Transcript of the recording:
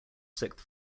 sixth